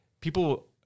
people